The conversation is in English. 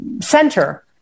center